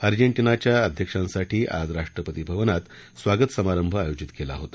अर्जेंटिनाच्या अध्यक्षांसाठी आज राष्ट्रपती भवनात स्वागत समारंभ आयोजित केला होता